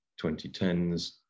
2010s